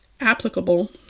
applicable